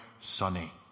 sunny